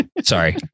Sorry